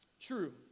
true